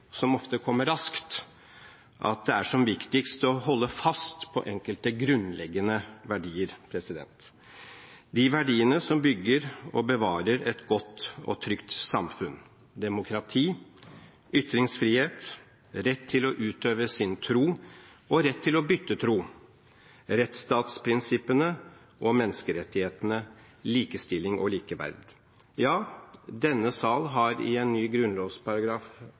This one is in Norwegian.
som ofte kommer raskt, at det er som viktigst å holde fast ved enkelte grunnleggende verdier, de verdiene som bygger og bevarer et godt og trygt samfunn: demokrati, ytringsfrihet, rett til å utøve sin tro og rett til å bytte tro, rettsstatsprinsippene og menneskerettighetene, likestilling og likeverd. Vi i denne sal har i en ny grunnlovsparagraf,